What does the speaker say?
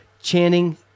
Channing